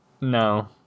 no